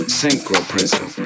synchroprism